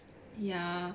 ya